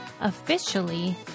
officially